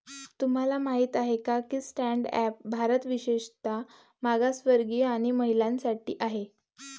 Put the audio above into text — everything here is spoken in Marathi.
तुम्हाला माहित आहे का की स्टँड अप भारत विशेषतः मागासवर्गीय आणि महिलांसाठी आहे